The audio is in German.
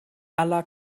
aller